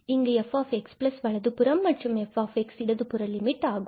இங்கு fx வலது புறம் மற்றும் f இடது புற லிமிட் ஆகும்